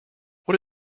what